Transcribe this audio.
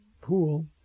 pool